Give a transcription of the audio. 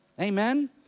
Amen